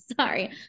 Sorry